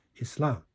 Islam